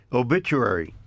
obituary